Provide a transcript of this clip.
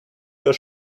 your